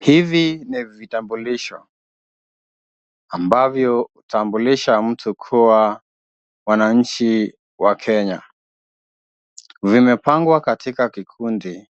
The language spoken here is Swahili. Hivi ni vitambulisho ambavyo hutambulisha mtu kuwa mwananchi wa Kenya. Vimepangwa katika kikundi